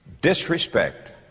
disrespect